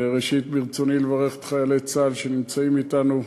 ראשית, ברצוני לברך את חיילי צה"ל שנמצאים אתנו.